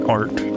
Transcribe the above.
art